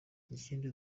ikindi